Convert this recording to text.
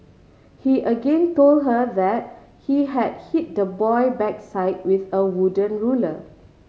he again told her that he had hit the boy backside with a wooden ruler